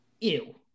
Ew